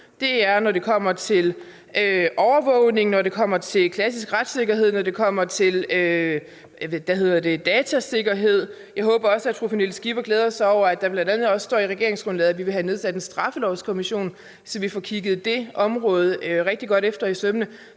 hende i. Det gælder overvågning, klassisk retssikkerhed og datasikkerhed. Jeg håber også, at fru Pernille Skipper glæder sig over, at der bl.a. står i regeringsgrundlaget, at vi vil have nedsat en straffelovskommission, så vi får kigget det her område rigtig godt efter i sømmene.